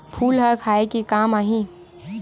फूल ह खाये के काम आही?